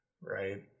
right